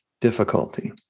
difficulty